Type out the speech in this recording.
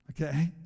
Okay